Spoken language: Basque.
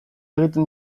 egiten